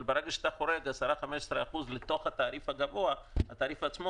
אבל ברגע שאתה חורג 15%-10% לכיוון התעריף הגבוה התעריף עצמו